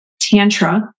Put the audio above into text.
tantra